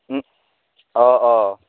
অঁ অঁ